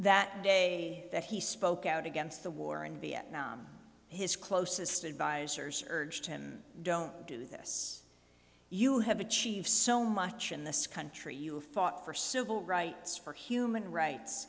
that day that he spoke out against the war in vietnam his closest advisors urged him don't do this you have achieved so much in this country you have fought for civil rights for human rights